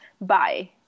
Bye